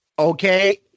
Okay